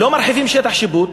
לא מרחיבים את שטח השיפוט,